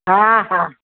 हा हा